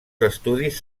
estudis